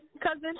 cousin